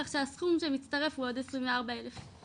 כך שהסכום שמצטרף הוא בעוד עשרים וארבע אלף.